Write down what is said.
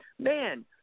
man